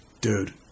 dude